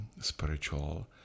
spiritual